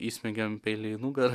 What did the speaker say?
įsmeigiam peilį į nugarą